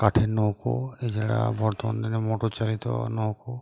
কাঠের নৌকো এছাড়া বর্তমান দিনে মোটর চালিত নৌকো